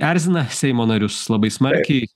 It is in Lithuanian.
erzina seimo narius labai smarkiai